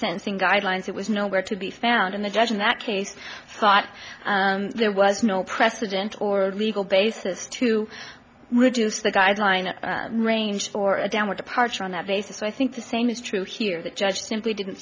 sentencing guidelines it was nowhere to be found and the judge in that case thought there was no precedent or legal basis to reduce the guideline range for a downward departure on that basis so i think the same is true here that judge simply didn't